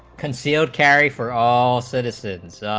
concealed carry for all citizens